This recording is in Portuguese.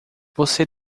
você